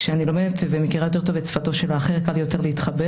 כשאני לומדת ומכירה טוב יותר את שפתו של האחר קל לי יותר להתחבר,